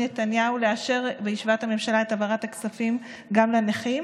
נתניהו לאשר בישיבת הממשלה את העברת הכספים גם לנכים.